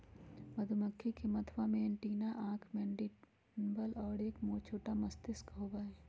मधुमक्खी के मथवा में एंटीना आंख मैंडीबल और एक छोटा मस्तिष्क होबा हई